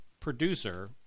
producer